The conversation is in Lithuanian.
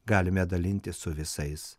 galime dalintis su visais